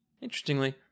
Interestingly